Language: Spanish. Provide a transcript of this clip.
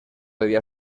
debía